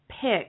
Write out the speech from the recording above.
pick